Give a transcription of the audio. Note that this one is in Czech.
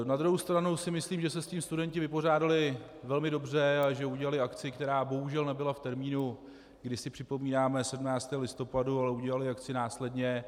Na druhou stranu si myslím, že se s tím studenti vypořádali velmi dobře, že udělali akci, která bohužel nebyla v termínu, který si připomínáme, 17. listopadu, ale udělali akci následně.